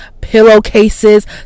pillowcases